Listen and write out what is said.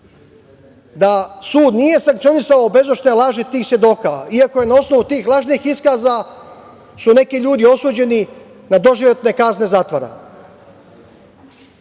da sud nije sankcionisao beznošče laži tih svedoka, iako je na osnovu tih lažnih iskaza su neki ljudi osuđeni na doživotne kazne zatvora. Kako